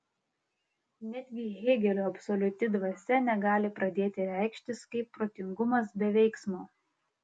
netgi hėgelio absoliuti dvasia negali pradėti reikštis kaip protingumas be veiksmo